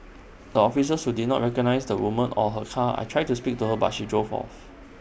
the officers who did not recognise the woman or her car I tried to speak to her but she drove off